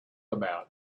about